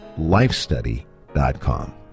lifestudy.com